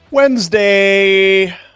Wednesday